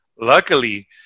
luckily